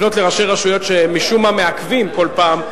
לפנות לראשי רשויות שמשום מה מעכבים כל פעם.